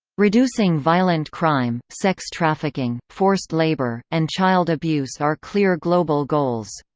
reducing violent crime, sex trafficking, forced labor, and child abuse are clear global goals.